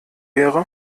wäre